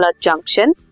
junction